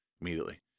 Immediately